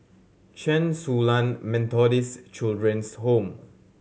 Chen Su Lan Methodist Children's Home